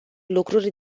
lucruri